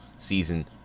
Season